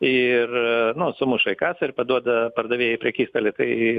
ir sumuša į kasą ir paduoda pardavėjai į prekystalį tai